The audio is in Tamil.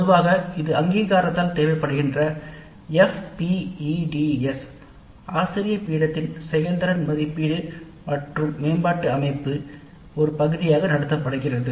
பொதுவாக இது FPEDS ஆசிரிய பீடத்தின் ஒரு பகுதியாக நடத்தப்படுகிறது செயல்திறன் மதிப்பீடு மற்றும் மேம்பாட்டு அமைப்பு அங்கீகாரத்தால் தேவைப்படுகிறது